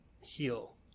heal